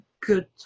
good